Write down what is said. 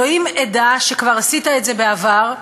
אלוהים עדה שכבר עשית את זה בעבר,